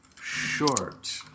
short